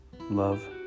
love